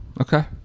Okay